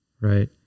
Right